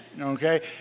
okay